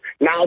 now